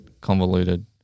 convoluted